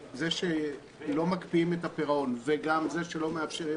כשלא מקפיאים את הפירעון וגם לא מאפשרים